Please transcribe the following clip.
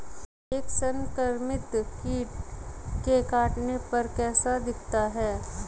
एक संक्रमित कीट के काटने पर कैसा दिखता है?